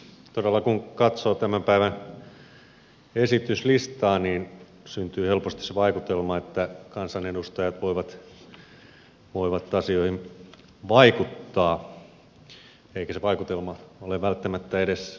todella kun katsoo tämän päivän esityslistaa syntyy helposti se vaikutelma että kansanedustajat voivat asioihin vaikuttaa eikä se vaikutelma ole välttämättä edes väärä